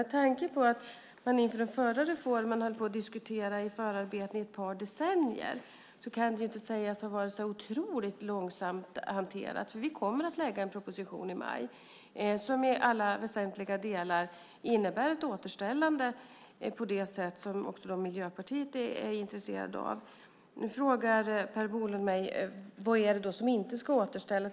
Med tanke på att man inför den förra reformen diskuterade förarbetena i ett par decennier kan detta inte sägas ha blivit så oerhört långsamt hanterat. Vi kommer att lägga fram en proposition i maj som i alla väsentliga delar innebär ett återställande på det sätt som även Miljöpartiet är intresserat av. Nu frågar Per Bolund mig vad som inte ska återställas.